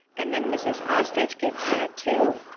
and then mrs. ostrich gets mad too,